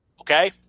Okay